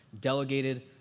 delegated